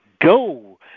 go